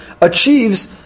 achieves